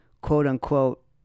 quote-unquote